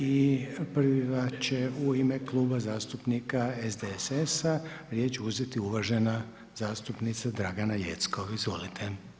I prva će u ime Kluba zastupnika SDSS-a riječ uzeti uvažena zastupnika Dragana Jeckov, izvolite.